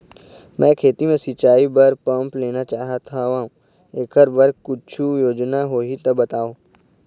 मैं खेती म सिचाई बर पंप लेना चाहत हाव, एकर बर कुछू योजना होही त बताव?